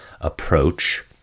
approach